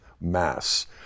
mass